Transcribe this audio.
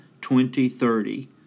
2030